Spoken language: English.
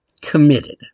committed